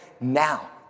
now